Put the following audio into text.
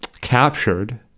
captured